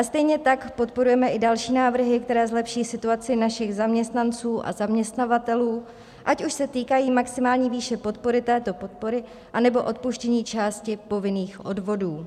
Stejně tak podporujeme i další návrhy, které zlepší situaci našich zaměstnanců a zaměstnavatelů, ať se týkají maximální výše této podpory, nebo odpuštění části povinných odvodů.